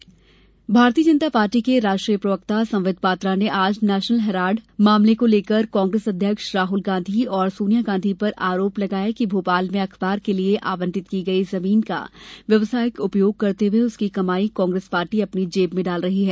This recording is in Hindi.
national Herald Patra Bharatiya Janata party के राष्ट्रीय प्रवक्ता संबित पात्रा ने आज नेशनल हेराल्ड मामले को लेकर कांग्रेस अध्यक्ष राहल गांधी और सोनिया गांधी पर आरोप लगाया कि भोपाल में अखबार के लिए आवंटित की गई जमीन का व्यावसायिक उपयोग करते हुए उसकी कमाई कांग्रेस पार्टी अपनी जेब में डाल रही है